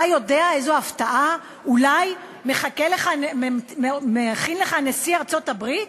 אתה יודע איזו הפתעה אולי מכין לך נשיא ארצות-הברית